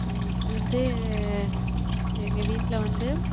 வந்து எங்கள் வீட்டில் வந்து